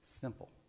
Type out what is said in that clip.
Simple